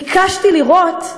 ביקשתי לראות,